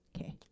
Okay